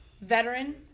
veteran